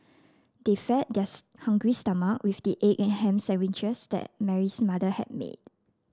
they fed their hungry stomach with the egg and ham sandwiches that Mary's mother had made